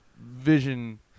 Vision